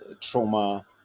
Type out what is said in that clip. trauma